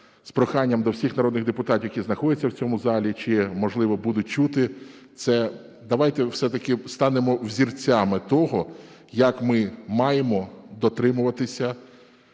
з проханням до всіх народних депутатів, які знаходяться в цьому залі чи, можливо, будуть чути це, давайте все-таки станемо взірцями того, як ми маємо дотримуватися